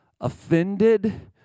offended